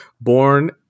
Born